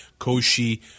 Koshi